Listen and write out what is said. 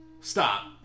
Stop